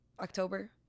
October